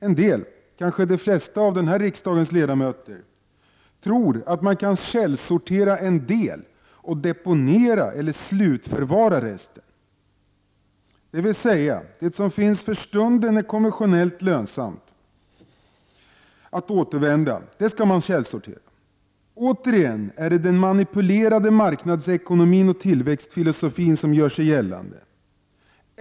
En del — kanske de flesta av riksdagens ledamöter — tror att man kan källsortera en del och deponera eller slutförvara resten. Det som finns för stunden och är konventionellt lönsamt att återanvända skall alltså källsorteras. Återigen är det den manipulerade marknadsekonomin och tillväxtfilosofin som gör sig gällande.